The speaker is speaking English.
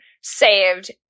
saved